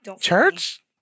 church